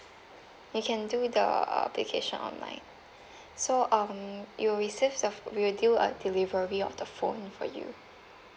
you can do the err application online so um you will receive a we will do a delivery of the phone for you